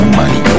money